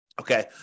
Okay